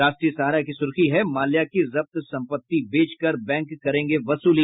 राष्ट्रीय सहारा की सुर्खी है माल्या की जब्त संपत्ति बेचकर बैंक करेंगे वसूली